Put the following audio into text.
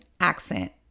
accent